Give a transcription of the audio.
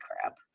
crap